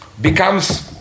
becomes